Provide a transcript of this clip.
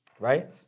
Right